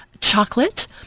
chocolate